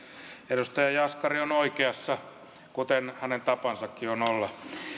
edustaja jaskari on oikeassa kuten hänen tapansakin on olla